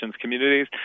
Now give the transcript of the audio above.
communities